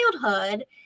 childhood